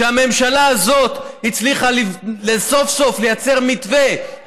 הממשלה הזאת הצליחה סוף-סוף לייצר מתווה,